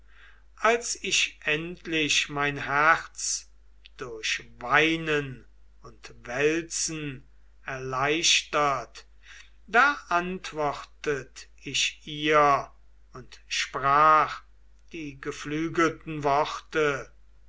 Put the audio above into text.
als ich endlich mein herz durch weinen und wälzen erleichtert da antwortet ich ihr und sprach die geflügelten worte